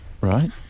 Right